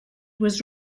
was